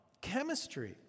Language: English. chemistry